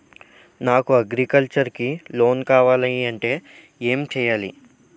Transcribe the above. నాకు అగ్రికల్చర్ కి లోన్ కావాలంటే ఏం చేయాలి?